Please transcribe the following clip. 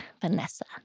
Vanessa